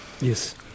Yes